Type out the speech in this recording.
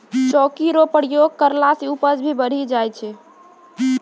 चौकी रो प्रयोग करला से उपज भी बढ़ी जाय छै